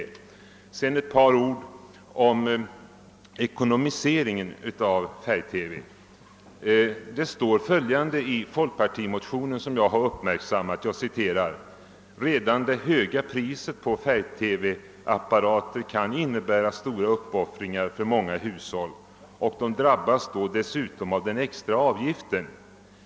Sedan vill jag säga ett par ord om finansieringen av färg-TV. I folkpartimotionen står följande: »Redan det höga priset på färg-TVapparater kan innebära stora uppoffringar för många hushåll — och de drabbas då dessutom av den extra avgiften.